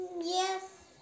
Yes